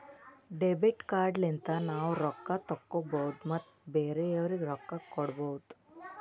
debit card ಲಿಂತ ನಾವ್ ರೊಕ್ಕಾ ತೆಕ್ಕೋಭೌದು ಮತ್ ಬೇರೆಯವ್ರಿಗಿ ರೊಕ್ಕಾ ಕೊಡ್ಭೌದು